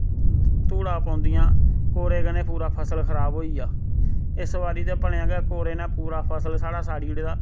धूड़ां पौंदियां कोरे कन्ने पूरा फसल खराब होई जा इस बारी ते भलेआं गै कोरे नै पूरा फसल साढ़ा साड़ी ओड़े दा